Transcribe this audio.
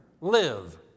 live